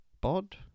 Bod